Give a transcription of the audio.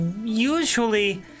usually